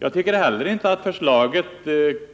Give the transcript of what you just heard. Jag tycker heller inte att förslaget